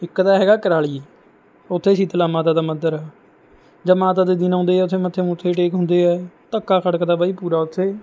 ਇੱਕ ਤਾਂ ਹੈਗਾ ਕੁਰਾਲੀ ਉੱਥੇ ਸ਼ੀਤਲਾ ਮਾਤਾ ਦਾ ਮੰਦਿਰ ਜਦ ਮਾਤਾ ਦੇ ਦਿਨ ਆਉਂਦੇ ਹੈ ਉੱਥੇ ਮੱਥੇ ਮੁੱਥੇ ਟੇਕ ਹੁੰਦੇ ਹੈ ਧੱਕਾ ਖੜਕਦਾ ਬਾਈ ਪੂਰਾ ਉੱਥੇ